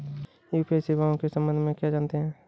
UPI सेवाओं के संबंध में क्या जानते हैं?